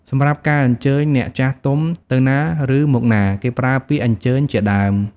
សម្រាប់ការអញ្ជើញអ្នកចាស់ទុំទៅណាឬមកណា គេប្រើពាក្យ "អញ្ជើញ" ជាដើម។